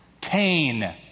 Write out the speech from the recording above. pain